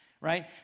right